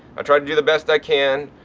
i try to do the best i can.